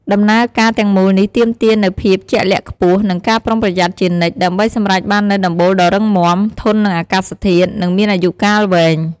ដំណើរការទាំងមូលនេះទាមទារនូវ ភាពជាក់លាក់ខ្ពស់ និងការប្រុងប្រយ័ត្នជានិច្ច ដើម្បីសម្រេចបាននូវដំបូលដ៏រឹងមាំ ធន់នឹងអាកាសធាតុ និងមានអាយុកាលវែង។